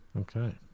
Okay